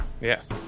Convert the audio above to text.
yes